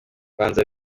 banza